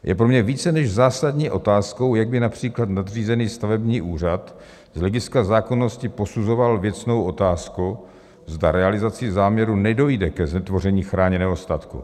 Je pro mě více než zásadní otázkou, jak by například nadřízený stavební úřad z hlediska zákonnosti posuzoval věcnou otázku, zda realizací záměru nedojde ke znetvoření chráněného statku.